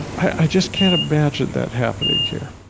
i just can't imagine that happening here